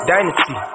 Dynasty